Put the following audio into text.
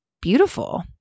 beautiful